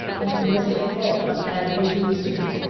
that mr. falkland had reduced me.